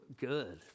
good